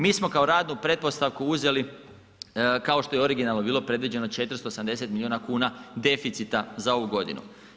Mi smo kao radnu pretpostavku uzeli kao što je i originalno bilo predviđeno 480 miliona kuna deficita za ovu godinu.